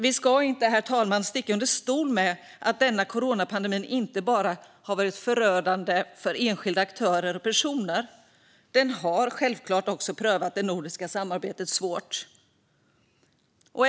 Vi ska inte, herr talman, sticka under stol med att denna coronapandemi inte bara har varit förödande för enskilda aktörer och personer. Den har självklart också prövat det nordiska samarbetet svårt.